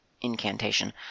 incantation